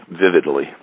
vividly